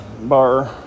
bar